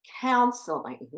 counseling